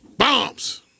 bombs